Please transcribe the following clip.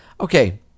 Okay